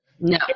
No